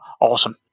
awesome